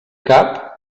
cap